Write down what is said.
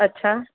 અચ્છા